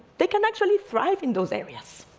they can actually thrive in those areas.